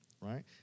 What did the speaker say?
right